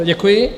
Děkuji.